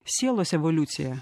sielos evoliuciją